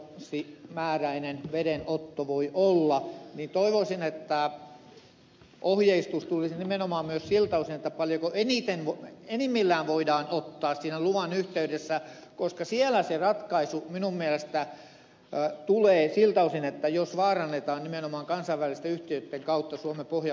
sasi paljonko tämä vuorokausimääräinen vedenotto voi olla niin toivoisin että ohjeistus tulisi nimenomaan koskemaan myös sitä paljonko enimmillään voidaan ottaa siinä luvan yhteydessä koska siellä se ratkaisu minun mielestäni tulee siitä vaarannetaanko nimenomaan kansainvälisten yhtiöitten kautta suomen pohjavesivaranto